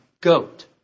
goat